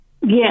Yes